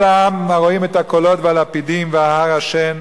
כל העם הרואים את הקולות והלפידים וההר עשן